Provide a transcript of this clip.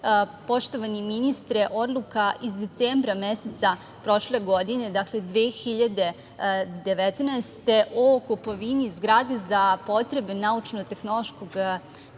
poštovani ministre, odluka iz decembra meseca prošle godine, dakle 2019. godine o kupovini zgrade za potrebe Naučno tehnološkog parka u